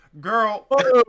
girl